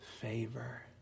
favor